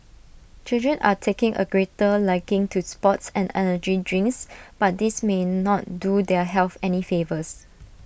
children are taking A greater liking to sports and energy drinks but these may not do their health any favours